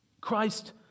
Christ